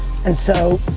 and so,